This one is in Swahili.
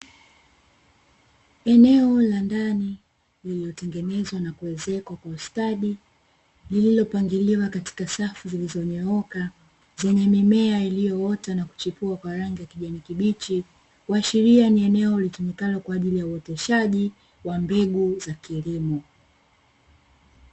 Eneo la ndani lililotengenezwa na kuezekwa kwa ustadi, lililopangiliwa katika safu zilizonyooka zenye mimea iliyoota na kuchipua kwa rangi ya kijani kibichi, kuashiria ni eneo litumikalo kwa ajili ya uoteshaji wa mbegu za kilimo.